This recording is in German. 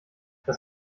das